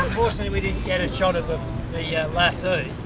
unfortunately, we didn't get a shot of ah the yeah lasso.